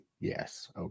Yes